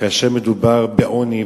שכאשר מדובר בעוני,